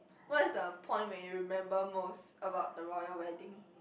what is the point when you remember most about the royal wedding